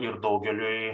ir daugeliui